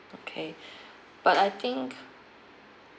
okay but I think